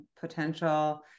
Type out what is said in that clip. potential